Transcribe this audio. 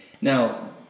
Now